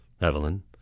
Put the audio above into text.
Evelyn